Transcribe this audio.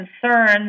concerns